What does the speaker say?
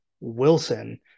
Wilson